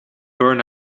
burn